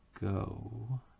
go